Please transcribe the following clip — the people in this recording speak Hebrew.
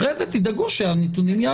אחרי זה תדאגו שהנתונים יעברו.